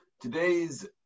Today's